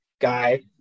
guy